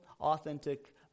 authentic